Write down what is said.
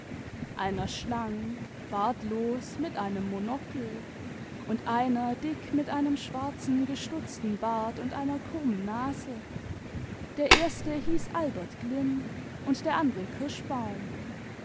einer schlank bartlos mit einem monocle und einer dick mit einem schwarzen gestutzten bart und einer krununen nase der erste hieß albert glimm imd der andere kirschbaum